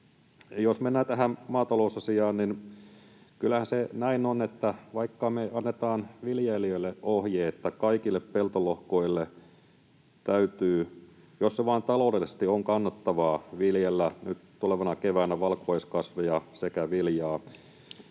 Jos mennään tähän maatalousasiaan, niin kyllähän se näin on, että vaikka me annetaan viljelijöille ohje, että kaikille peltolohkoille täytyy, jos se vaan taloudellisesti on kannattavaa, viljellä nyt tulevana keväänä valkuaiskasveja sekä viljaa,